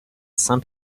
saint